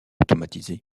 automatisé